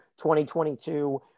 2022